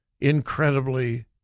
incredibly